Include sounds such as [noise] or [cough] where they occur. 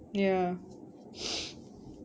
ya [noise]